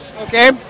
Okay